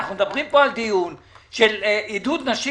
אנחנו מדברים פה על דיון של עידוד נשים